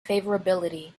favorability